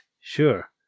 Sure